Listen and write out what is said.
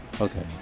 Okay